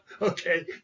okay